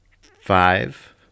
Five